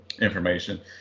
information